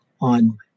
on